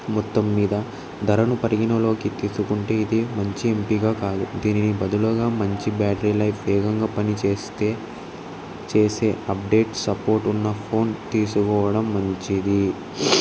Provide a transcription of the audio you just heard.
మొత్తం మీద ధరను పరిగణలోకి తీసుకుంటే ఇది మంచి ఎంపిక కాదు దీనిని బదులుగా మంచి బ్యాటరీ లైఫ్ వేగంగా పని చేస్తే చేసే అప్డేట్ సపోర్ట్ ఉన్న ఫోన్ తీసుకోవడం మంచిది